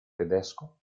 tedesco